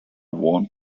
worn